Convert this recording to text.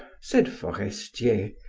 said forestier,